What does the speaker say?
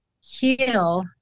heal